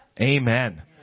Amen